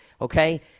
Okay